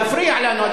מפריע לנו,